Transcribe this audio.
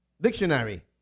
Dictionary